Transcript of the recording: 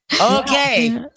Okay